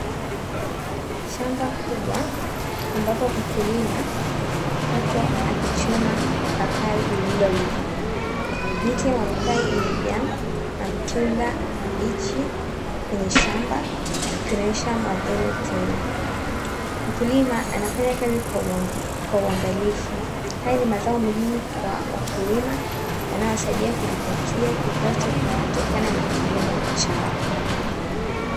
Shamba kubwa ambapo mkulima yupo akichuma papai lililoiva. Miti ya mapapai imejaa matunda mabichi kwenye shamba ikionyesha mavuno tele. Mkulima anafanya kazi kwa uangalifu. Haya ni mazao muhimu kwa wakulima yanayowasaidia kujipatia kipato kutokana na kilimo chao.